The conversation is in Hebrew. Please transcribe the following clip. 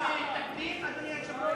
תקדים, אדוני היושב-ראש?